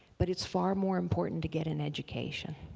but it's far more important to get an education